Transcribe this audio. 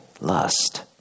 lust